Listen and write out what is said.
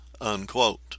unquote